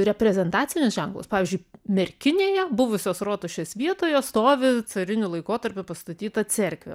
reprezentacinius ženklus pavyzdžiui merkinėje buvusios rotušės vietoje stovi cariniu laikotarpiu pastatyta cerkvė